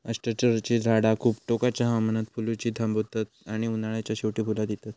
अष्टरची झाडा खूप टोकाच्या हवामानात फुलुची थांबतत आणि उन्हाळ्याच्या शेवटी फुला दितत